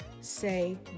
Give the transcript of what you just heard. say